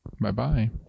bye-bye